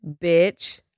bitch